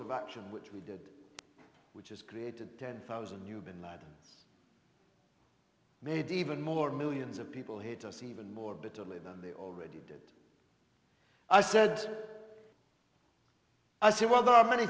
of action which we did which is created ten thousand new bin ladens made even more millions of people hate us even more bitterly than they already did i said i said well there are many